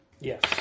Yes